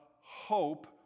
hope